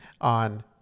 on